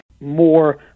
more